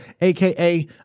aka